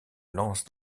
lance